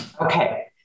Okay